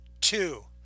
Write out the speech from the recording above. Two